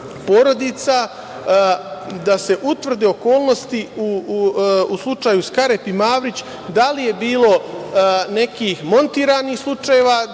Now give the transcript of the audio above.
da se utvrde okolnosti u slučaju Skarep i Mavrić, da li je bilo nekih montiranih slučajeva,